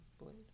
Blade